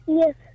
yes